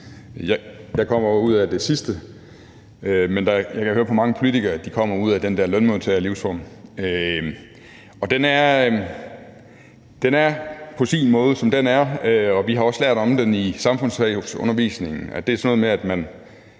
Jeg kommer ud af det sidste, men jeg kan høre på mange politikere, at de kommer ud af den der lønmodtagerlivsform, og den er, som den er, på sin måde. Vi har også lært om den i samfundsfagsundervisningen: at det er sådan noget med, at man